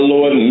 Lord